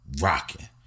rocking